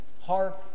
Hark